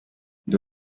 ndi